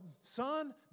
son